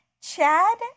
Chad